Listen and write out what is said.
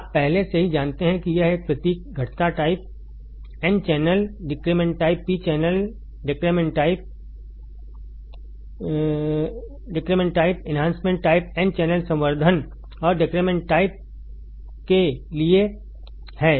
आप पहले से ही जानते हैं कि यह प्रतीक घटता type n channel decrement type p channel decrement type type enhancement type n channel संवर्द्धन और डेक्रेमेंट टाइप टाइप के लिए है